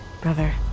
brother